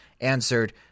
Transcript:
answered